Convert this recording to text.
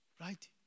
Right